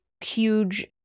huge